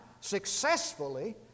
successfully